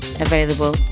available